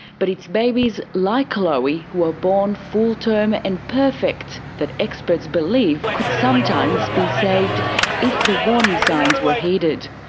but it's babies like chloe who are born full term and perfect that experts believe could sometimes be saved if the warning signs were heeded.